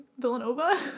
Villanova